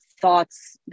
thoughts